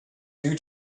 due